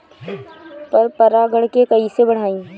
पर परा गण के कईसे बढ़ाई?